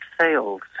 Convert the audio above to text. sales